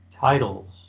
titles